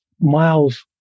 miles